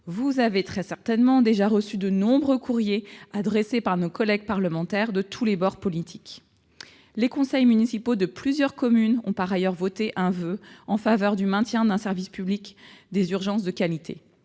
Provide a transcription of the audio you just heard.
Vous avez très certainement déjà reçu de nombreux courriers adressés par nos collègues parlementaires de tous les bords politiques. Les conseils municipaux de plusieurs communes ont par ailleurs voté un voeu en faveur du maintien d'un service public des urgences de qualité.